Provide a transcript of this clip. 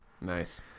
nice